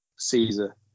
Caesar